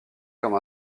comme